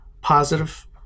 positive